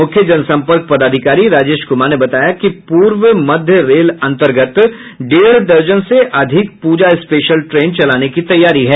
मुख्य जनसंपर्क पदाधिकारी राजेश कुमार ने बताया कि पूर्व मध्य रेल अंतर्गत डेढ़ दर्जन से अधिक पूजा स्पेशल ट्रेन चलाने की तैयारी है